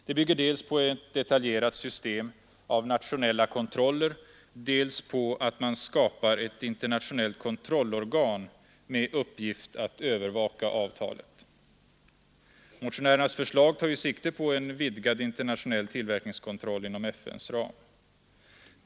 Det bygger dels på ett detaljerat system av nationella kontroller, dels på att man skapar ett internationellt kontrollorgan med uppgift att övervaka avtalet. Motionärernas förslag tar ju sikte på en vidgad internationell tillverk ningskontroll inom FN:s ram.